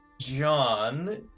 John